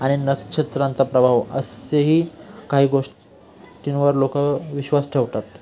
आणि नक्षत्रांचा प्रभाव असे ही काही गोष्टींवर लोक विश्वास ठेवतात